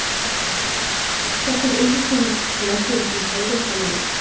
wow. that's such an interesting lesson to be taken from that,